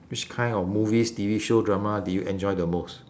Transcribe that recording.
which kind of movies T_V show drama do you enjoy the most